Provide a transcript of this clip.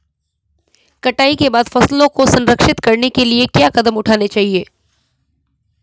कटाई के बाद फसलों को संरक्षित करने के लिए क्या कदम उठाने चाहिए?